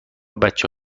بچه